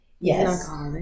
yes